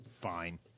fine